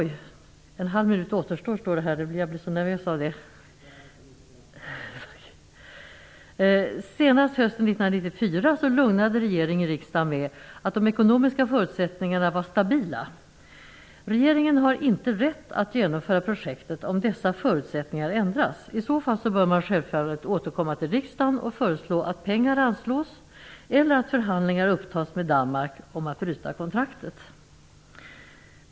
Senast hösten 1994 lugnade regeringen riksdagen med att de ekonomiska förutsättningarna var stabila. Regeringen har inte rätt att genomföra projektet om dessa förutsättningar ändras. I så fall bör man självfallet återkomma till riksdagen och föreslå att pengar anslås eller att förhandlingar upptas med Danmark om att bryta kontraktet.